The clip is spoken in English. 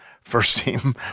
first-team